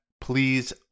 Please